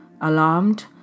alarmed